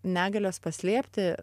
negalios paslėpti